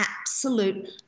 absolute